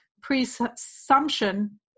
presumption